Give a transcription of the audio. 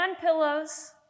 Pillows